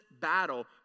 battle